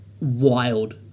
Wild